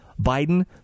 biden